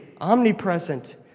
omnipresent